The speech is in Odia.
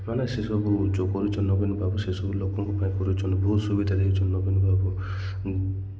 ମାନେ ସେସବୁ ଯେଉଁ କରୁଛନ୍ତି ନବୀନ ବାବୁ ସେସବୁ ଲୋକଙ୍କ ପାଇଁ କରୁଛନ୍ତି ବହୁତ ସୁବିଧା ଦେଉଛନ୍ତି ନବୀନ ବାବୁ